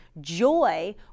joy